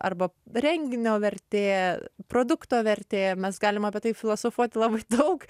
arba renginio vertė produkto vertė mes galim apie tai filosofuoti labai daug